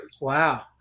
Wow